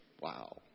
Wow